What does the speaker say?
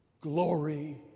Glory